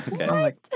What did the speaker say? Okay